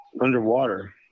underwater